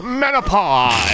menopause